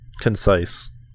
concise